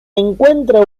encuentra